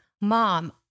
Mom